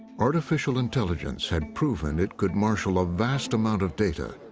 artificial intelligence had proven it could marshal a vast amount of data,